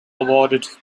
awarded